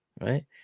Right